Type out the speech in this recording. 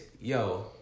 yo